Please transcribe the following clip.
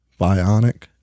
Bionic